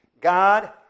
God